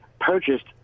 purchased